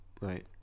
Right